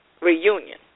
reunion